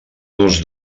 nos